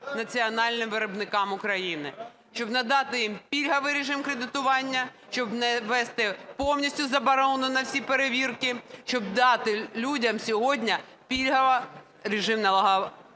національним виробникам України, щоб надати їм пільговий режим кредитування, щоб ввести повністю заборону на всі перевірки, щоб дати людям сьогодні пільговий режим оподаткування.